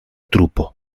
trupo